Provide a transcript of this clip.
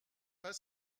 pas